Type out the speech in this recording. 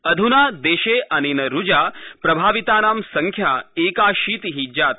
अध्ना देशो अनेन रूजा प्रभावितानां संख्या एकाशीति जाता